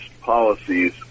policies